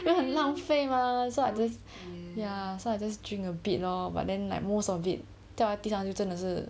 then 很浪费 mah so I just ya so I just drink a bit lor but then like most of it 掉地上就真的是